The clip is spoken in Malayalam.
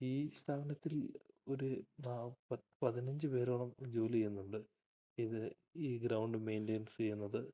ഈ സ്ഥാപനത്തിൽ ഒരു പതിനഞ്ച് പേരോളം ജോലി ചെയ്യുന്നുണ്ട് ഇത് ഈ ഗ്രൗണ്ട് മെയിൻറ്റേൻസെയ്യുന്നത്